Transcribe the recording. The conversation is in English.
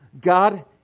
God